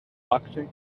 boxing